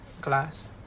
glass